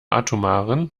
atomaren